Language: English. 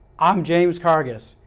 i'm james cargas,